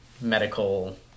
medical